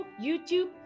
YouTube